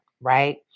Right